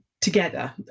together